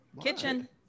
Kitchen